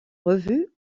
revues